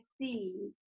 see